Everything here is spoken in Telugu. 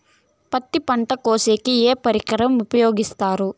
పత్తి పంట కోసేకి ఏ పరికరం ఉపయోగిస్తారు?